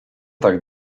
tak